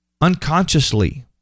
unconsciously